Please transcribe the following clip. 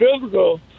physical